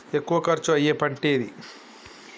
ఎక్కువ ఖర్చు అయ్యే పంటేది?